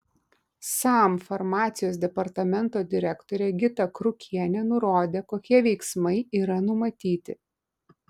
sam farmacijos departamento direktorė gita krukienė nurodė kokie veiksmai yra numatyti